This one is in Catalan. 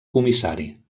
comissari